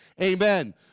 amen